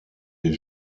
des